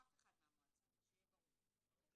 יש ארבעה נציגים ולפחות מחצית מהם צריכה להיות להורים.